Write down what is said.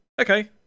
Okay